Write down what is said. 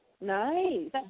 nice